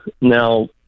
Now